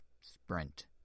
Sprint